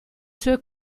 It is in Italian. sue